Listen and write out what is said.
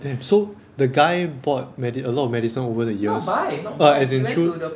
damn so the guy bought medi~ alot of medicine over the years uh as in through